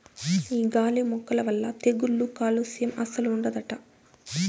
ఈ గాలి మొక్కల వల్ల తెగుళ్ళు కాలుస్యం అస్సలు ఉండదట